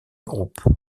groupe